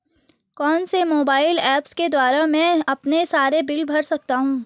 कौनसे mobile apps के द्वारा मैं अपने सारे बिल भर सकता हूं?